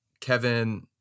Kevin